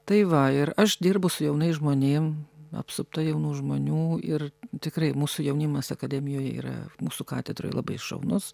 tai va ir aš dirbu su jaunais žmonėm apsupta jaunų žmonių ir tikrai mūsų jaunimas akademijoj yra mūsų katedroj labai šaunus